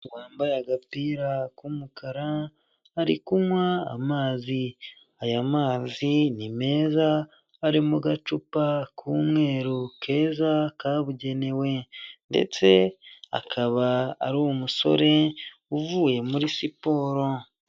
Umuntu wambaye agapira kumukara ari kunywa amazi, aya mazi ni meza ari mu gacupa k'umweru keza kabugenewe, ndetse akaba ari umusore uvuye muri siporo.